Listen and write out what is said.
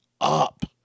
up